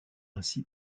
ainsi